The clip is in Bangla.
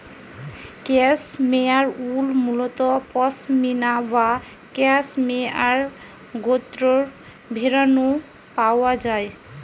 ক্যাশমেয়ার উল মুলত পসমিনা বা ক্যাশমেয়ার গোত্রর ভেড়া নু পাওয়া যায়